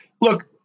look